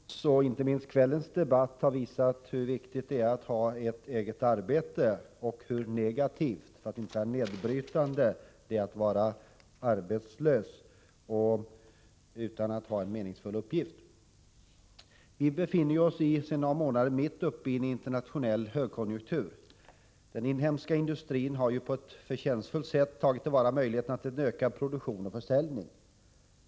Herr talman! Dagens och inte minst kvällens debatt har visat hur viktigt det är att ha ett eget arbete och hur negativt, för att inte säga nedbrytande, det är att vara arbetslös och inte ha en meningsfull uppgift. Vi befinner oss sedan några månader mitt uppe i en internationell högkonjunktur. Den inhemska industrin har på ett förtjänstfullt sätt tagit till vara möjligheterna till ökad produktion och försäljning.